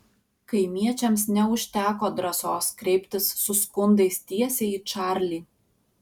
kaimiečiams neužteko drąsos kreiptis su skundais tiesiai į čarlį